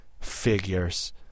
Figures